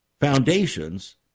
foundations